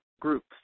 groups